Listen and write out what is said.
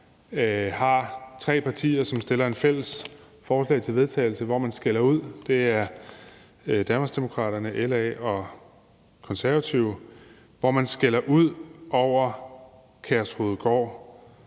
har tre partier, som fremsætter et fælles forslag til vedtagelse, hvor man skælder ud. Det er Danmarksdemokraterne, LA og Konservative. De skælder ud over Kærshovedgård,